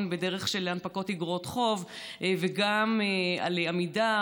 בדרך של הנפקות איגרות חוב וגם על עמידר,